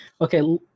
Okay